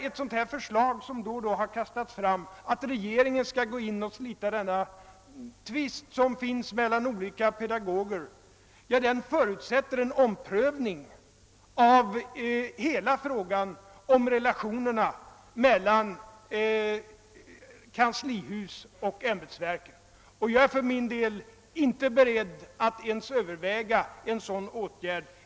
Ett sådant förslag, som då och då har framkastats, att regeringen skulle slita tvister mellan olika pedogoger förutsätter en omprövning av hela frågan om relationerna mellan kanslihus och ämbetsverk. Jag är för min del inte beredd att överväga en sådan åtgärd.